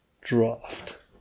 draft